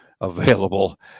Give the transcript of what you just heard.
available